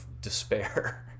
despair